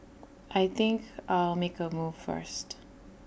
I think I'll make A move first